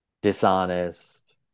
dishonest